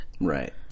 Right